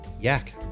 Yak